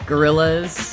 Gorillas